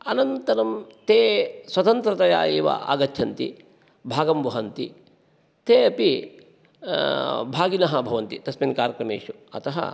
अनन्तरं ते स्वतन्त्रतया एव आगच्छन्ति भागं वहन्ति ते अपि भागिनः भवन्ति तस्मिन् कार्यक्रमेषु अतः